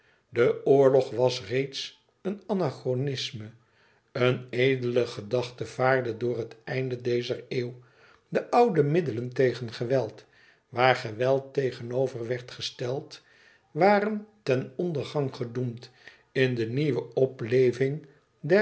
de oorlog was reeds een anachronisme een edele gedachte vaarde door het einde dezer eeuw de oude middelen tegen geweld waar geweld tegenover werd gesteld waren ten ondergang gedoemd in de nieuwe opleving